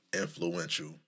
influential